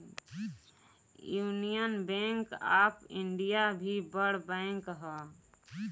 union bank of India भी बड़ bank हअ